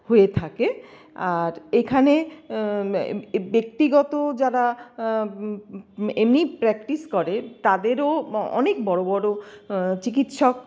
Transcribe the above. হয়ে থাকে আর এখানে ব্যক্তিগত যারা এমনি প্র্যাকটিস করে তাদেরও অনেক বড় বড় চিকিৎসক